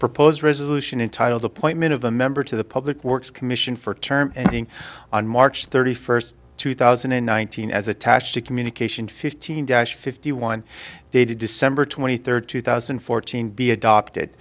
proposed resolution entitled appointment of a member to the public works commission for term ending on march thirty first two thousand and one thousand as attached to communication fifteen dash fifty one dated december twenty third two thousand and fourteen be adopted